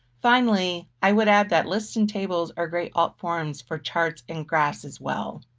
finally, i would add that lists and tables are great art forms for charts and graphs as well.